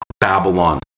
Babylon